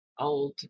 old